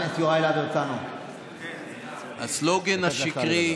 והסלוגן השקרי